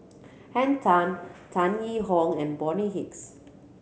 Henn Tan Tan Yee Hong and Bonny Hicks